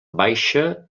baixa